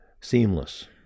seamless